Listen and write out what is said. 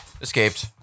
Escaped